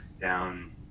down